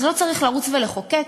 אז לא צריך לרוץ ולחוקק,